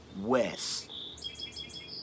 West